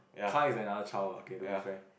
car is another child [la] K to be fair